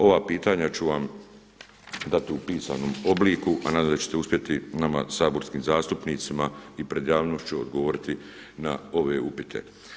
Ova pitanja ću vam dati u pisanom obliku, a nadam se da ćete uspjeti nama saborskim zastupnicima i pred javnošću odgovoriti na ove upite.